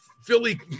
Philly